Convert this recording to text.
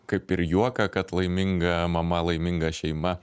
kaip ir juoką kad laiminga mama laiminga šeima